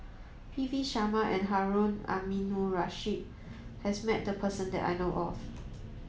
P V Sharma and Harun Aminurrashid has met this person that I know of